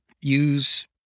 use